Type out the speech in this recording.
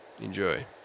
Enjoy